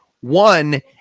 One